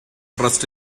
trust